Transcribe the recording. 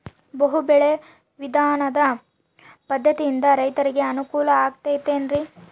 ಬಹು ಬೆಳೆ ವಿಧಾನ ಪದ್ಧತಿಯಿಂದ ರೈತರಿಗೆ ಅನುಕೂಲ ಆಗತೈತೇನ್ರಿ?